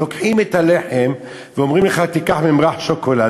לוקחים את הלחם ואומרים לך: תיקח ממרח שוקולד,